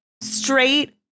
Straight